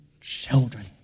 children